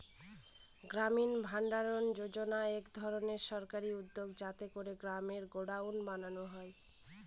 গ্রামীণ ভাণ্ডারণ যোজনা এক ধরনের সরকারি উদ্যোগ যাতে করে গ্রামে গডাউন বানানো যায়